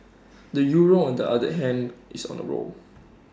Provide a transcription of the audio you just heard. the euro on the other hand is on A roll